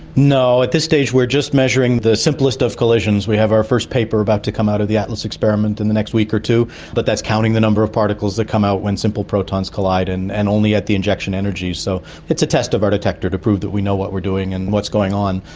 no, at this stage we're just measuring the simplest of collisions. we have our first paper about to come out of the atlas experiment in the next week or two but that's counting the number of particles that come out when simply protons collide and and only at the injection energies. so it's a test of our detector to prove that we know what we're doing and what's going on.